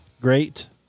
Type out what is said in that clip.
great